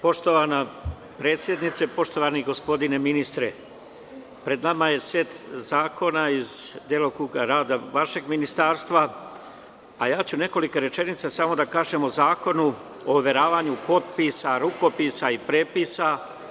Poštovana predsednice, poštovani gospodine ministre, pred nama je set zakona iz delokruga rada vašeg ministarstva, a reći ću samo nekoliko rečenica o Zakonu o overavanju potpisa, rukopisa i prepisa.